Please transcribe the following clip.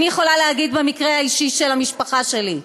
אני יכולה להגיד על המקרה האישי של המשפחה שלי.